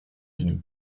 d’une